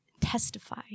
testify